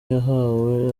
yahawe